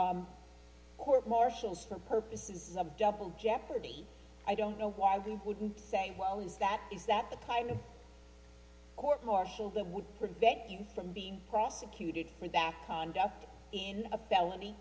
tree court martials for purposes of double jeopardy i don't know why they wouldn't say well is that is that the time in court martial that would prevent you from being prosecuted for that conduct in a felony